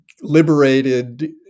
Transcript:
liberated